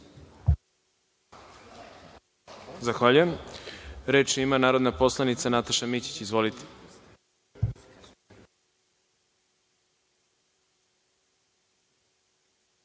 Zahvaljujem. Reč ima narodna poslanica Nataša Mićić. Izvolite.